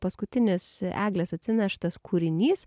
paskutinis eglės atsineštas kūrinys